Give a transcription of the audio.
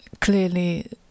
clearly